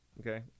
okay